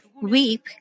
weep